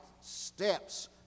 steps